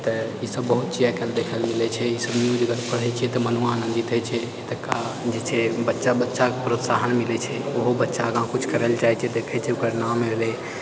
तऽ इसब बहुत चीज अखनि देखलिए कि ई सब न्यूज पढ़ए छिऐ तऽ मनमे आनन्दित होइत छै जे छै बच्चा बच्चाके प्रोत्साहन मिलैत छै ओहो बच्चा आगाँ किछु करए लिअऽ चाहैत छै देखैत छै ओकर नाम भेलै